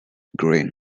green